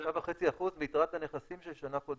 3.5% מיתרת הנכסים של שנה קודמת.